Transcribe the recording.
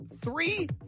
three